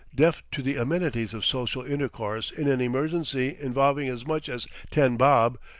deaf to the amenities of social intercourse in an emergency involving as much as ten-bob,